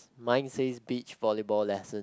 mine says beach volley ball lesson